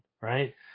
Right